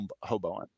hoboing